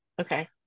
okay